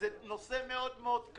זה נושא מאוד מאוד כבד,